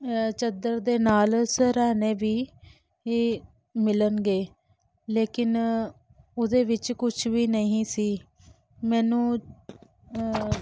ਚਾਦਰ ਦੇ ਨਾਲ ਸਿਰਹਾਣੇ ਵੀ ਇਹ ਮਿਲਣਗੇ ਲੇਕਿਨ ਉਹਦੇ ਵਿੱਚ ਕੁਛ ਵੀ ਨਹੀਂ ਸੀ ਮੈਨੂੰ